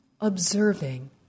Observing